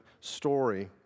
story